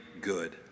good